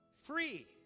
Free